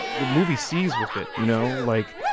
the movie sees with it, you know? like,